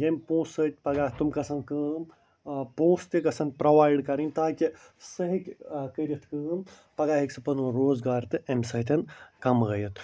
ییٚمہِ پونٛسہٕ سۭتۍ پگاہ تِم گَژھَن کٲم ٲں پونٛسہٕ تہٕ گَژھَن پرٛووایڈ کَرٕنۍ تاکہِ سُہ ہیٚکہِ ٲں کٔرِتھ کٲم پگاہ ہیٚکہِ سُہ پنُن روزاگار تہِ اَمہِ سۭتۍ کمٲیِتھ